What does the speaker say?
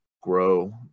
grow